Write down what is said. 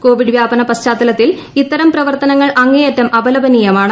Covid വ്യാപന പശ്ചാത്തലത്തിൽ ഇത്തരം പ്രവർത്തനങ്ങൾ അങ്ങേയറ്റം അപലപനീയമാണ്